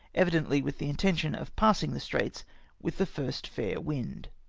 evidently with the intention of passing the straits with the first fair wind.